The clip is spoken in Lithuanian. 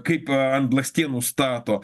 kaip ant blakstienų stato